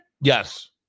Yes